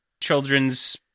Children's